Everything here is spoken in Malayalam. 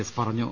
എസ് പറഞ്ഞു